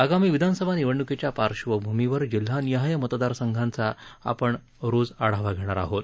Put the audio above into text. आगामी विधानसभा निवडण्कीच्या पार्श्वभूमीवर जिल्हानिहाय मतदार संघांचा आपण रोज आढावा घेणार आहोत